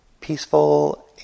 peaceful